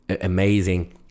amazing